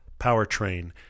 powertrain